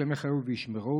השם יחיו וישמרו,